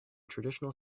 traditional